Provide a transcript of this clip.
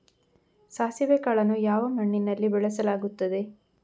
ಸಾಸಿವೆ ಕಾಳನ್ನು ಯಾವ ಮಣ್ಣಿನಲ್ಲಿ ಬೆಳೆಸಲಾಗುತ್ತದೆ?